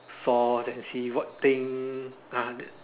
source and see what thing uh that